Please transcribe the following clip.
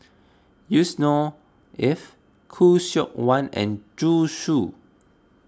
Yusnor Ef Khoo Seok Wan and Zhu Xu